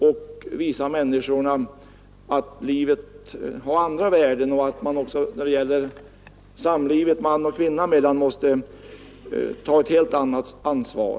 Vi måste visa människorna att livet har andra värden och att man också när det gäller samlivet man och kvinna emellan måste ta ett helt annat ansvar.